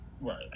right